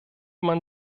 man